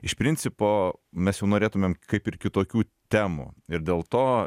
iš principo mes jau norėtumėm kaip ir kitokių temų ir dėl to